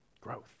Growth